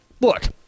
look